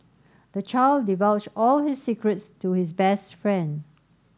the child divulged all his secrets to his best friend